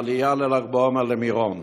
העלייה בל"ג בעומר למירון,